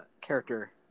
character